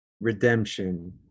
redemption